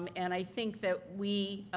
um and i think that we